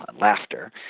laughter